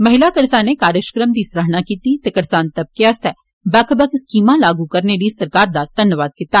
महिला करसानें कारजक्रम दी सराहना कीती ते करसाने तबके आस्तै बक्ख बक्ख स्कीमां लागू करने लेई सरकार दा घन्नबाद कीता